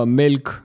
milk